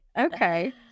Okay